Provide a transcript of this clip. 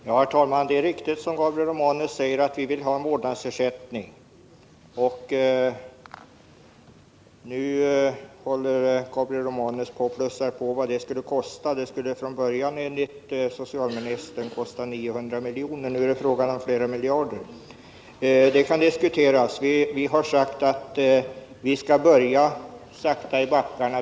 Herr talman! Det är riktigt som Gabriel Romanus säger, att moderata samlingspartiet vill ha en vårdnadsersättning. Nu håller Gabriel Romanus på med att plussa på vad den skulle kosta. Från början skulle den enligt socialministern kosta 900 miljoner, men nu är det fråga om flera miljarder. Beloppet kan diskuteras, men vi har sagt att vi skall börja sakta i backarna.